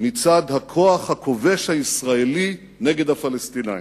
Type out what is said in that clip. מצד הכוח הכובש הישראלי נגד הפלסטינים".